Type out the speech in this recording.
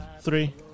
Three